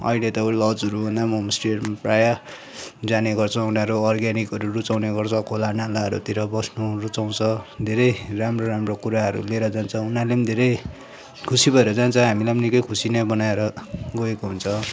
अहिले त ऊ लजहरूभन्दा पनि होमस्टेहरूमा प्राय जाने गर्छ उनीहरू अर्ग्यानिकहरू रुचाउने गर्छ खोला नालाहरूतिर बस्नु रुचाउँछ धेरै राम्रो राम्रो कुराहरू लिएर जान्छ उनीहरूले पनि धेरै खुसी भएर जान्छ हामीलाई पनि निकै खुसी नै बनाएर गएको हुन्छ